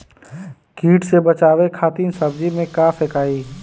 कीट से बचावे खातिन सब्जी में का फेकाई?